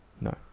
No